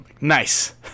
Nice